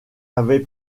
avait